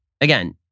Again